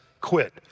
quit